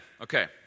Okay